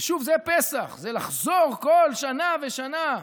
זה פסח, זה לחזור כל שנה ושנה.